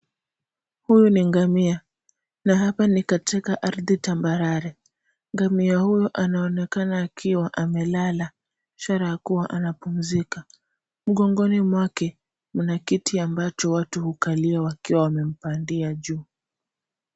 Huyu ni ngamia na hapa ni katika ardhi tambarare. Ngamia huyu anaonekana akiwa amelala, ishara ya kuwa anapumzika. Mgongoni mwake, mna kiti ambacho watu hukalia wakiwa wamempandia juu.